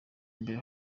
mbere